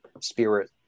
spirit